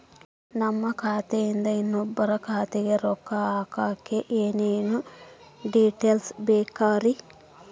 ನಮ್ಮ ಖಾತೆಯಿಂದ ಇನ್ನೊಬ್ಬರ ಖಾತೆಗೆ ರೊಕ್ಕ ಹಾಕಕ್ಕೆ ಏನೇನು ಡೇಟೇಲ್ಸ್ ಬೇಕರಿ?